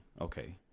Okay